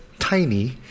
Tiny